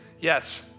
yes